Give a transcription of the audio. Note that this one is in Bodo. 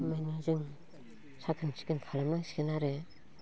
माइनि जों साखोन सिखोन खालाम नांसिगोन आरो